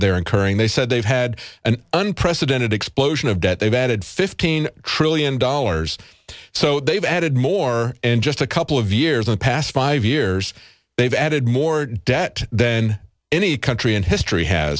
they're incurring they said they've had an unprecedented explosion of debt they've added fifteen trillion dollars so they've added more in just a couple of years in the past five years they've added more debt than any country in history has